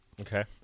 Okay